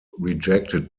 rejected